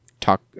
talk